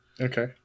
okay